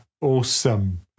Awesome